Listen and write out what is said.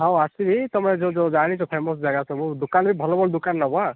ହଁ ଆସିବି ତମର ଯୋଉ ଯୋଉ ଜାଣିଛ ଫେମସ୍ ଜାଗା ସବୁ ଦୋକାନ ବି ଭଲ ଭଲ ଦୋକାନ ନେବ ଆ